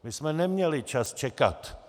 My jsme neměli čas čekat.